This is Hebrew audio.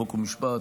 חוק ומשפט,